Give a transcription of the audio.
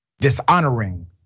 dishonoring